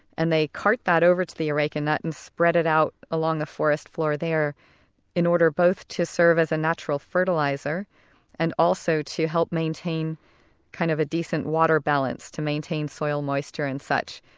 and they cart that over to the areca nut and spread it out along the forest floor there in order both to serve as a natural fertiliser and also to help maintain kind of a decent water balance, to maintain soil moisture and such.